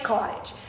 Cottage